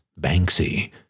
Banksy